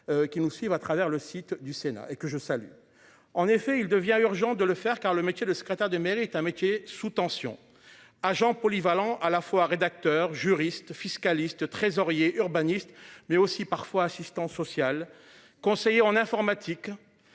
Qui nous suivent à travers le site du Sénat et que je salue en effet il devient urgent de le faire car le métier de secrétaire de mérite un métier sous tension agent polyvalent à la fois rédacteur juristes fiscalistes trésorier urbaniste mais aussi parfois assistant social. Conseiller en informatique